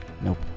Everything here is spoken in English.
Nope